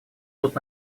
тут